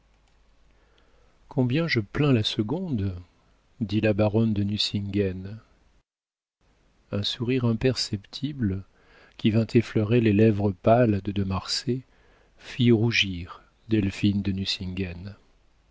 combien je plains la seconde dit la baronne de nucingen un sourire imperceptible qui vint effleurer les lèvres pâles de de marsay fit rougir delphine de